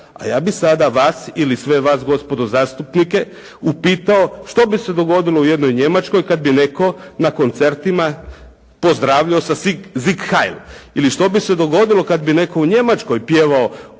A ja bih sada vas ili sve vas gospodo zastupnike upitao što bi se dogodilo u jednoj Njemačkoj kad bi netko na koncertima pozdravljao sa "Sig heil" ili što bi se dogodilo kad bi netko u Njemačkoj pjevao o